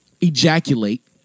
ejaculate